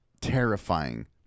terrifying